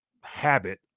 habit